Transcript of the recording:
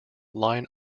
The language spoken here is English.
line